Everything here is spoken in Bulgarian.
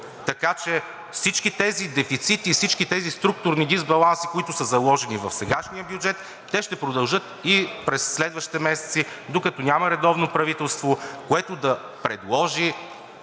Така че всички тези дефицити и всички тези структурни дисбаланси, които са заложени в сегашния бюджет, ще продължат и през следващите месеци, докато няма редовно правителство, което да предложи